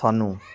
ਸਾਨੂੰ